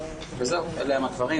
אלה הם הדברים,